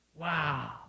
Wow